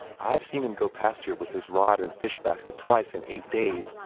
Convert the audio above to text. i've seen him go past here with his rod and fish-basket twice in eight days,